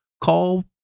call